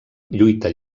lluita